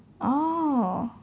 oh